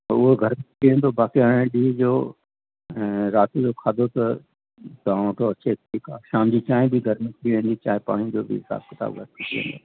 उहो घर में थी वेंदो बाक़ी हाणे ॾींहं जो ऐं राति जो खाधो त तव्हां वटां अचे त ठीकु आहे शाम जो चांहि बि घर में थी वेंदी चांहि पाणीअ जो हिसाबु किताबु थी वेंदो